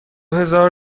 هزار